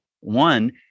one